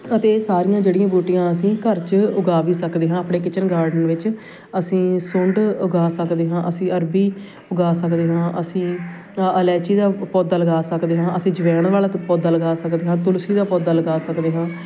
ਅਤੇ ਸਾਰੀਆਂ ਜਿਹੜੀਆਂ ਬੂਟੀਆਂ ਅਸੀਂ ਘਰ 'ਚ ਉਗਾ ਵੀ ਸਕਦੇ ਹਾਂ ਆਪਣੇ ਕਿਚਨ ਗਾਰਡਨ ਵਿੱਚ ਅਸੀਂ ਸੁੰਢ ਉਗਾ ਸਕਦੇ ਹਾਂ ਅਸੀਂ ਅਰਬੀ ਉਗਾ ਸਕਦੇ ਹਾਂ ਅਸੀਂ ਅਲੈਚੀ ਦਾ ਪੌਦਾ ਲਗਾ ਸਕਦੇ ਹਾਂ ਅਸੀਂ ਜਵੈਣ ਵਾਲਾ ਅਤੇ ਪੌਦਾ ਲਗਾ ਸਕਦੇ ਹਾਂ ਤੁਲਸੀ ਦਾ ਪੌਦਾ ਲਗਾ ਸਕਦੇ ਹਾਂ